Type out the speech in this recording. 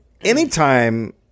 anytime